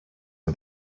for